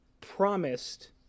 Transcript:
promised